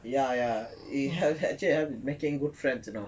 ya ya it helps making good friends you know